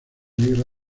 negra